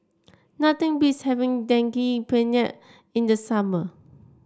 nothing beats having Daging Penyet in the summer